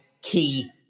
key